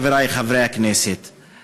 חברי חברי הכנסת,